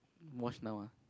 watch now ah